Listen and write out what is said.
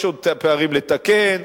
יש עוד פערים לתקן,